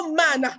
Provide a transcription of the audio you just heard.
man